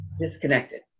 disconnected